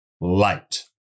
light